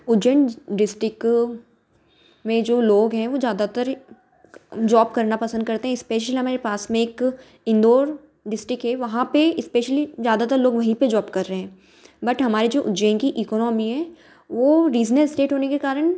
Ujjain district में जो लोग हैं वह ज़्यादातर जॉब करना पसंद करते हैं स्पेशली हमारे पास में एक इंदौर डिस्टिक है वहाँ पर स्पेशली ज़्यादातर लोग वहीं पर जॉब कर रहे हैं बट हमारे जो उज्जैन की इकोनॉमी है वह रीजनल स्टेट होने के कारण